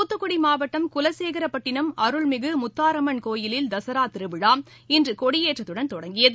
துத்துக்குடி மாவட்டம் குலசேகரப்பட்டினம் அருள்மிகு முத்தாரம்மன் கோயிலில் தசரா திருவிழா இன்று கொடியேற்றத்துடன் தொடங்கியது